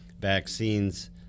vaccines